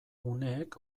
uneek